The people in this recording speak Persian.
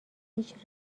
هیچ